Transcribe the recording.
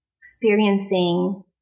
experiencing